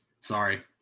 sorry